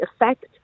effect